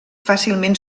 fàcilment